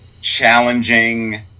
challenging